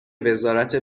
وزارت